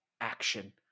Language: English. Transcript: action